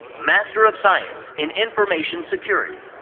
master of science in information security.